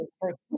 first